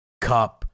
Cup